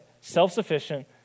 self-sufficient